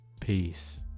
peace